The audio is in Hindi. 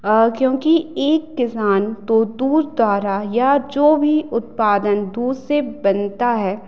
और क्योंकि एक किसान तो दूध द्वारा या जो भी उत्पादन दूध से बनता है